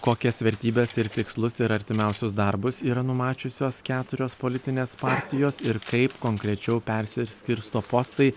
kokias vertybes ir tikslus ir artimiausius darbus yra numačiusios keturios politinės partijos ir kaip konkrečiau persirskirsto postai